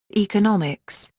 economics,